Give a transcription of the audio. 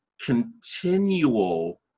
continual